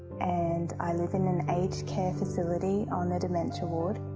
and i live in an aged care facility on the dementia ward.